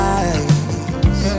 eyes